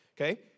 Okay